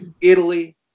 Italy